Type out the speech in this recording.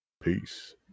Peace